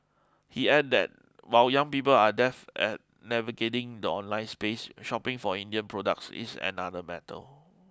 he added that while young people are death at navigating the online space shopping for Indian products is another matel